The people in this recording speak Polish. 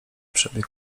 przebieg